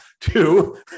two